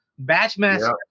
batchmaster